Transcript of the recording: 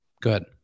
good